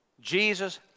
Jesus